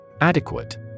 Adequate